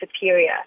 superior